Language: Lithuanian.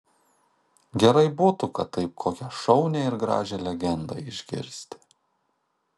gerai būtų kad taip kokią šaunią ir gražią legendą išgirsti